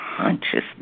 consciousness